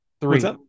Three